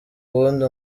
wundi